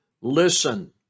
listen